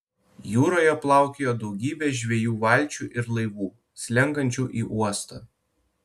jūroje plaukiojo daugybė žvejų valčių ir laivų slenkančių į uostą